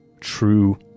True